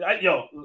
Yo